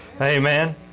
Amen